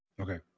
Okay